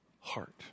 heart